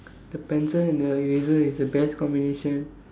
the pencil and the eraser is the best combination